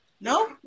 No